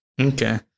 Okay